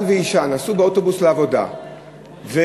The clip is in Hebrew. בעל ואישה נסעו באוטובוס לעבודה ונפרדו,